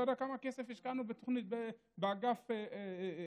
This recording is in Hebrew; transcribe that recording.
אתה יודע כמה כסף השקענו בתוכנית, באגף שהקמנו?